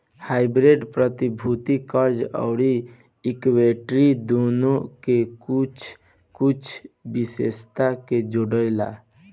hybrid प्रतिभूति, कर्ज अउरी इक्विटी दुनो के कुछ कुछ विशेषता के जोड़ेला